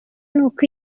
n’uko